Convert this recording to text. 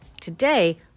Today